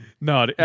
No